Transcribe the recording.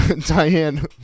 diane